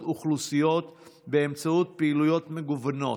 אוכלוסיות באמצעות פעילויות מגוונות,